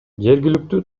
жергиликтүү